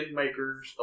makers